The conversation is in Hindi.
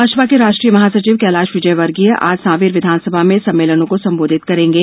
भाजपा के राष्ट्रीय महासचिव कैलाश विजयवर्गीय आज सांवेर विधानसभा में सम्मेलनों को संबोधित करेंगे